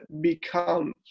become